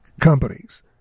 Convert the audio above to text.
companies